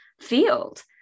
field